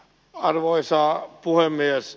arvoisa puhemies